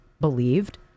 believed